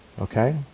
Okay